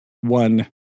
one